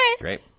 Great